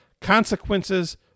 consequences